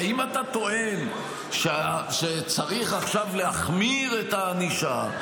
הרי אם אתה טוען שצריך להחמיר את הענישה,